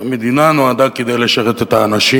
המדינה נועדה לשרת את האנשים,